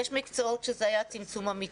יש מקצועות שזה היה צמצום אמיתי,